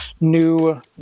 new